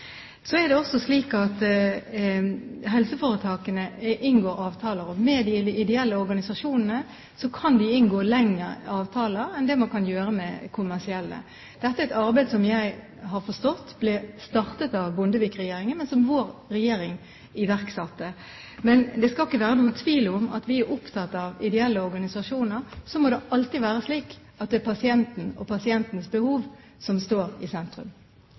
Så er det også slik at helseforetakene inngår avtaler, og med de ideelle organisasjonene kan de inngå lengre avtaler enn det man kan gjøre med kommersielle. Dette er et arbeid som jeg har forstått ble startet av Bondevik-regjeringen, men som vår regjering iverksatte. Men det skal ikke være noen tvil om at vi er opptatt av ideelle organisasjoner. Så må det alltid være slik at det er pasienten og pasientens behov som står i sentrum.